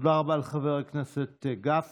תודה רבה לחבר הכנסת גפני.